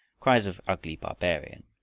cries of ugly barbarian!